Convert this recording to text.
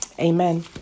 amen